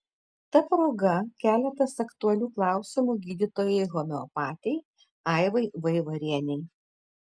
ta proga keletas aktualių klausimų gydytojai homeopatei aivai vaivarienei